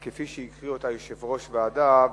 אבל כפי שהקריא אותה יושב-ראש הוועדה,